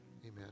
Amen